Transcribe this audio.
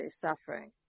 suffering